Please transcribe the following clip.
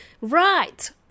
Right